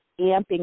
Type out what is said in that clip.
amping